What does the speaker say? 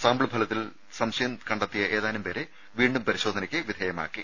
sample ഫലത്തിൽ സംശയം കണ്ടെത്തിയ ഏതാനും പേരെ വീണ്ടും പരിശോധനയ്ക്ക് വിധേയമാക്കി